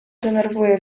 denerwuje